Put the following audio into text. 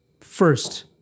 First